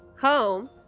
Home